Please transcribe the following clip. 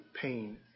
pain